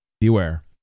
beware